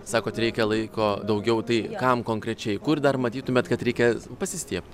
sakot reikia laiko daugiau tai kam konkrečiai kur dar matytumėt kad reikia pasistiebt